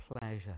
pleasure